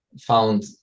Found